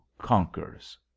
conquers